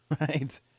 right